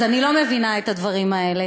אז אני לא מבינה את הדברים האלה.